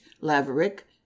Laverick